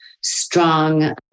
strong